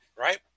Right